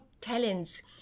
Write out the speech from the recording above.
talents